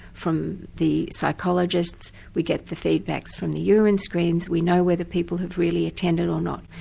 from the psychologists, we get the feedbacks from the urine screens, we know whether people have really attended or not.